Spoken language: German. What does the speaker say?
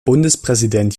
bundespräsident